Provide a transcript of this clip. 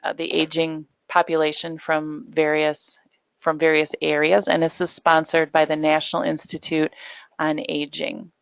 ah the aging population from various from various areas and this is sponsored by the national institute on aging.